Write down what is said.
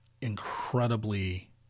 incredibly